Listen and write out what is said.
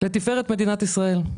לתפארת מדינת ישראל.